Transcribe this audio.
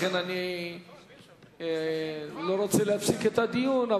לכן אני לא רוצה להפסיק את הדיון,